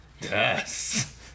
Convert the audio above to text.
Yes